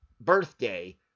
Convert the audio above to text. birthday